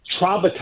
traumatized